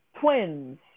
twins